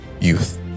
youth